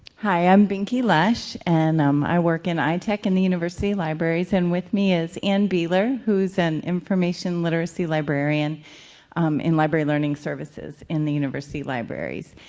hi i'm binky lash and um i work in itech in the university libraries and with me is ann beiler who's an information literacy librarian in library learning services in the university libraries.